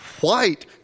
white